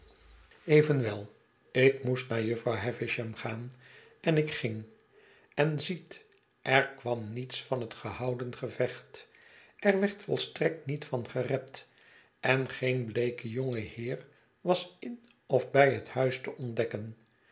evenwel ik moest naar jufvrouw havisham gaan en ik ging en ziet er kwam niets van het gehouden gevecht er werd volstrekt niet van gerept en geen bleeke jonge heer was in of bij het huis te ontdekken